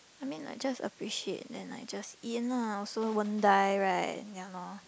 I mean like just appreciate then like just eat lah also won't die right ya lor